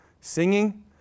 singing